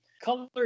Color